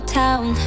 town